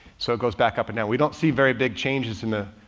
so it goes back up and now we don't see very big changes in the